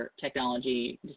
technology